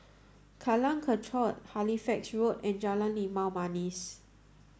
Jalan Kechot Halifax Road and Jalan Limau Manis